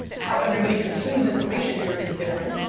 how everybody consumes information here is different,